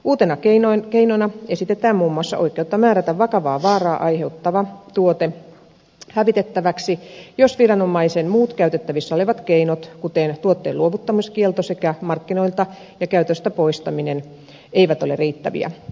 uutena keinona esitetään muun muassa oikeutta määrätä vakavaa vaaraa aiheuttava tuote hävitettäväksi jos viranomaisen muut käytettävissä olevat keinot kuten tuotteen luovuttamiskielto sekä markkinoilta ja käytöstä poistaminen eivät ole riittäviä